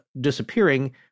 disappearing